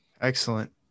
Excellent